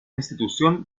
institución